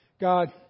God